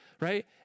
right